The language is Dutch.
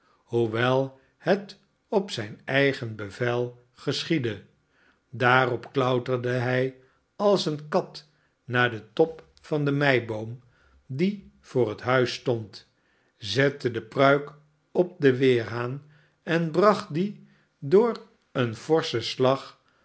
hoewel het op zijn eigen bevel geschiedde daarop klauterde hij als een kat naar den top van den meiboom die voor het huis stond zette de pruik op den weerhaan en bracht dien door een forschen slag